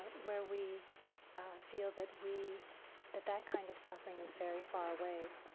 where we feel that we that that kind of suffering is very far away.